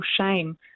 shame